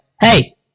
hey